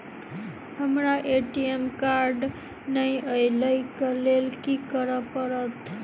हमरा ATM card नै अई लई केँ लेल की करऽ पड़त?